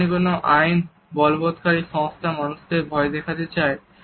যখনই কোনও আইন বলবতকারী সংস্থা মানুষকে ভয় দেখাতে চায়